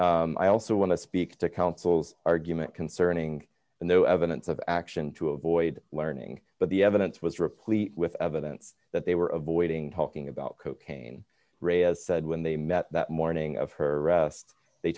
inference i also want to speak to counsel's argument concerning the no evidence of action to avoid learning but the evidence was replete with evidence that they were avoiding talking about cocaine rayas said when they met that morning of her arrest they